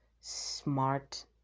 smart